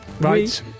right